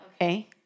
Okay